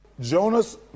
Jonas